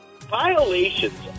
Violations